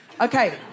Okay